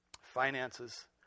finances